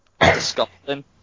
disgusting